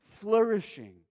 flourishing